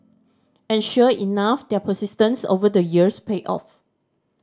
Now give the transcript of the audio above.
and sure enough their persistence over the years paid off